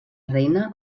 reina